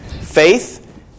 Faith